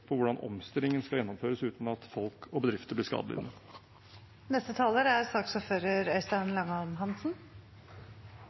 hvordan omstillingen skal gjennomføres uten at folk og bedrifter blir skadelidende.